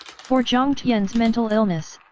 for jiang tian's mental illness,